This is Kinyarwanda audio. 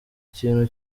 kintu